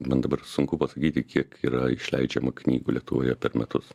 man dabar sunku pasakyti kiek yra išleidžiama knygų lietuvoje per metus